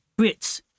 Brits